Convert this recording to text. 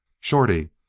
shorty,